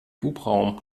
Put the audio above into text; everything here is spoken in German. hubraum